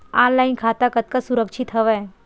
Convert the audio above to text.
Online खाता कतका सुरक्षित हवय?